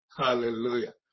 Hallelujah